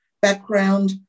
background